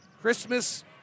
Christmas